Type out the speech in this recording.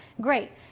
great